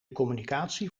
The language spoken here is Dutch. communicatie